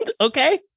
Okay